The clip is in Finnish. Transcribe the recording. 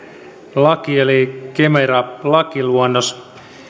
laki eli kemera lakiluonnos